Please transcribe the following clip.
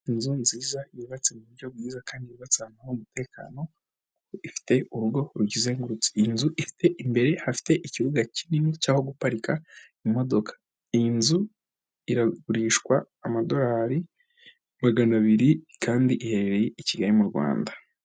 inzu nziza yubatse mu buryo bwiza kandi yubatse hari umutekano, ifite urugo ruyizengurutse, inzu ifite imbere hafite ikibuga kinini cy'aho guparika imodoka. Iyi nzu iragurishwa amadorari magana abiri kandi iherereye i Kigali mu Rwanda.